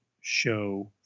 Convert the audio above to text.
show